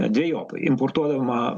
dvejopai importuodama